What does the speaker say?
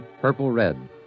purple-red